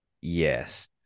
yes